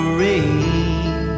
rain